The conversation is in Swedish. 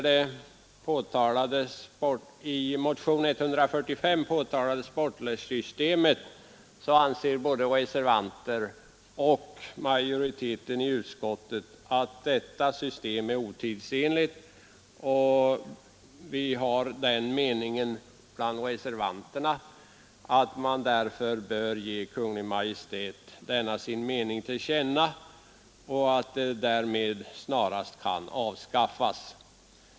Det i motionen 145 påtalade sportlersystemet anser både reservanter och utskottsmajoritet vara otidsenligt. Reservanterna anser därför att riksdagen bör ge Kungl. Maj:t denna sin mening till känna så att det snarast kan avskaffas.